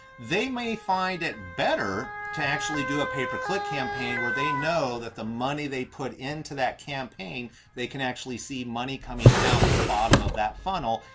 they may find it better to actually do a pay-per-click campaign where they know that the money they put into that campaign they can actually see money coming out the bottom of that funnel.